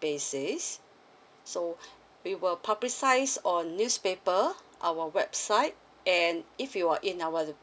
basis so we will publicise on newspaper our website and if you were in our